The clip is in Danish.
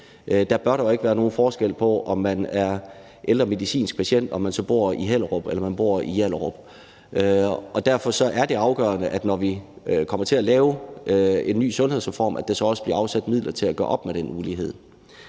Der bør ikke være nogen forskel, når man er ældre medicinsk patient, på, om man bor i Hellerup eller man bor i Hjallerup. Derfor er det afgørende, at når vi kommer til at lave en ny sundhedsreform, bliver der også afsat midler til at gøre op med den ulighed.